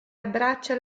abbraccia